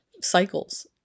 cycles